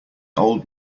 old